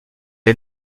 est